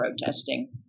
protesting